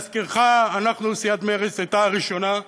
להזכירך, אנחנו, סיעת מרצ הייתה הראשונה,